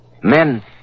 Men